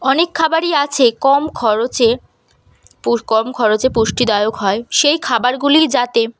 অনেক খাবারই আছে কম খরচে কম খরচে পুষ্টিদায়ক হয় সেই খাবারগুলিই যাতে